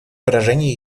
выражение